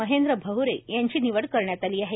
महेंद्र भवरे यांची निवड करण्यात आली आहे